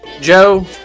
Joe